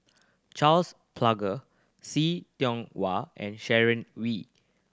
Charles Paglar See Tiong Wah and Sharon Wee